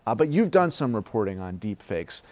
ah but you've done some reporting on deep fakes.